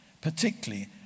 particularly